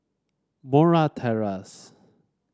Murray Terrace